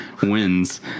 wins